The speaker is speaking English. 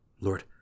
Lord